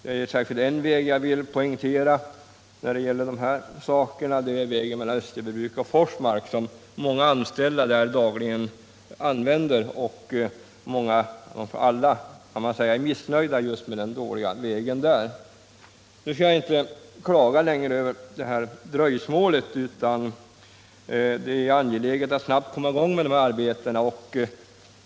Det är särskilt en väg som jag vill poängtera, nämligen vägen mellan Österbybruk och Forsmark, som många anställda dagligen använder. Alla är missnöjda med den dåliga vägen. Nu skall jag inte längre klaga över detta dröjsmål. Det är angeläget att snabbt komma i gång med arbetena.